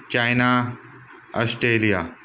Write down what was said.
China Australia